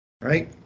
right